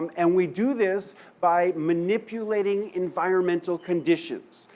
um and we do this by manipulating environmental conditions.